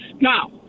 Now